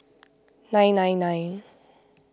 nine nine nine